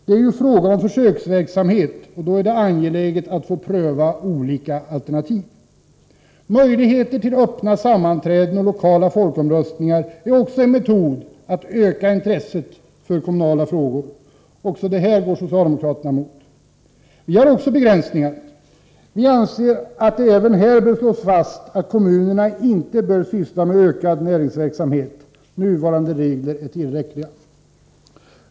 Det är ju fråga om försöksverksamhet, och då är det angeläget att få pröva olika alternativ. Möjligheter till öppna nämndsammanträden och lokala folkomröstningar är en annan metod att öka intresset för kommunala frågor. Även det går socialdemokraterna emot. Vi förordar också vissa begränsningar. Vi anser att det även här bör slås fast att kommunerna inte skall syssla med ökad näringsverksamhet. Nuvarande regler är tillräckliga.